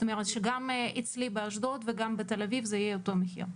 שגם אצלי באשדוד וגם בתל אביב זה יהיה אותו מחיר?